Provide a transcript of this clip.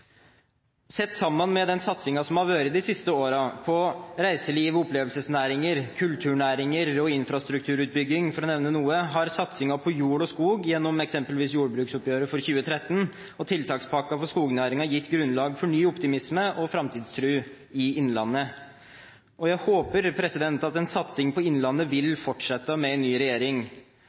Sett sammen med den satsingen som har vært de siste årene på reiseliv og opplevelsesnæringer, kulturnæringer og infrastrukturutbygging, for å nevne noe, har satsingen på jord og skog – eksempelvis gjennom jordbruksoppgjøret for 2013 og tiltakspakken for skognæringen – gitt grunnlag for ny optimisme og framtidstro i innlandet. Og jeg håper at en satsing på innlandet vil fortsette med ny regjering.